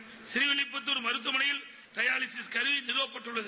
ப்ரீவில்லிடத்தார் முநத்துவமனையில் டயாலிசிஸ் கருவி நிறுவட்பட்டுள்ளது